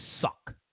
suck